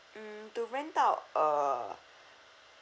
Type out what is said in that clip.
mm to rent out uh